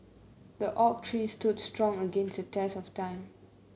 the oak tree stood strong against the test of time